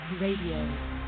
Radio